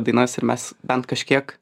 dainas ir mes bent kažkiek